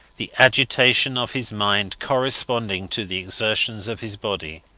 the agitation of his mind corresponding to the exertions of his body.